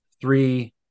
three